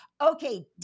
Okay